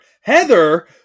Heather